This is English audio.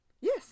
Yes